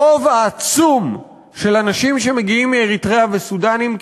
הרוב העצום של אנשים שמגיעים מאריתריאה וסודאנים,